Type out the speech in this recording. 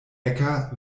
äcker